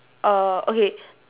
err okay